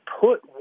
put